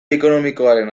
ekonomikoaren